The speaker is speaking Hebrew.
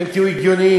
אתם תהיו הגיוניים.